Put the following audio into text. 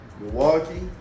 Milwaukee